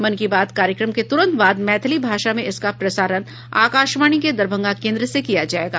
मन की बात कार्यक्रम के तुरंत बाद मैथिली भाषा में इसका प्रसारण आकाशवाणी के दरभंगा केन्द्र से किया जायेगा